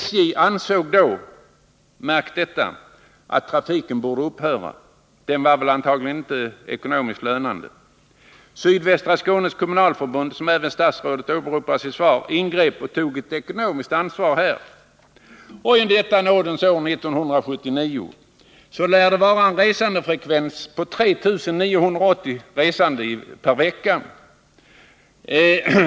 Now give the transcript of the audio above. SJ ansåg då — märk detta — att trafiken borde upphöra. Den var antagligen inte ekonomiskt lönande. Sydvästra Skånes kommunalförbund, som även statsrådet åberopade i svaret, ingrep och tog ett ekonomiskt ansvar här. I nådens år 1979 lär resandefrekvensen vara 3 980 per vecka.